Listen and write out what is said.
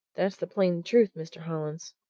that's the plain truth, mr. hollins.